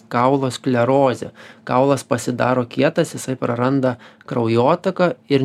kaulo sklerozę kaulas pasidaro kietas jisai praranda kraujotaką ir